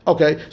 Okay